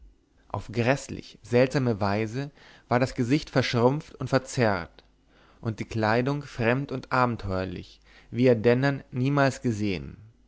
auf gräßlich seltsame weise war das gesicht verschrumpft und verzerrt und die kleidung fremd und abenteuerlich wie er dennern niemals gesehen